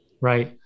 Right